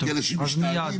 כי אנשים משתעלים,